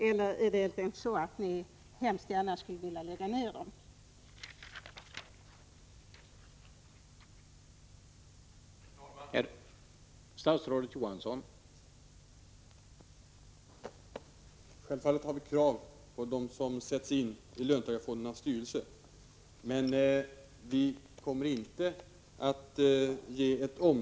Eller skulle ni hemskt gärna vilja lägga ner löntagarfonderna?